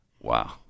Wow